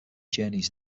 journeys